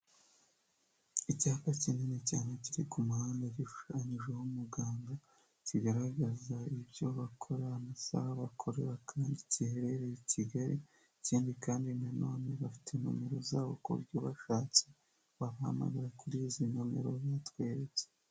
Icyapa kinini cyane kiri ku muhanda gishushanyijeho umuganga, kigaragaza ibyo bakora, amasaha bakorera kandi giherereye i Kigali ikindi kandi nanone bafite nomero zabo kuburyo ubashatse wabahamagara kuri izi nomero batweretse.